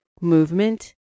movement